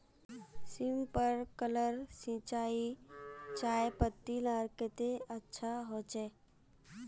Sprinkler सिंचाई चयपत्ति लार केते अच्छा होचए?